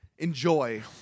enjoy